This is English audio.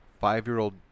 five-year-old